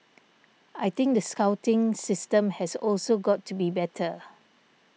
I think the scouting system has also got to be better